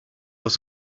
was